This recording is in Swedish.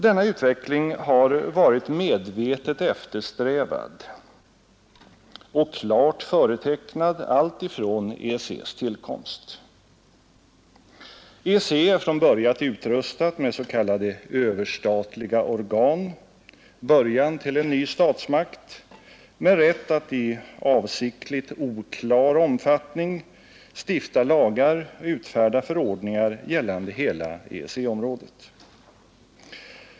Denna utveckling har varit medvetet eftersträvad och klart företecknad alltifrån EEC:s tillkomst. EEC är från början utrustat med s.k. överstatliga organ, början till en ny statsmakt, med rätt att i avsiktligt oklar omfattning stifta lagar och utfärda förordningar gällande hela EEC-området.